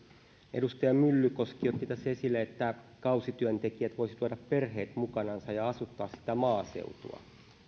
edustaja myllykoski otti tässä esille että kausityöntekijät voisivat tuoda perheet mukanansa ja asuttaa maaseutua